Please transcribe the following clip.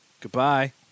Goodbye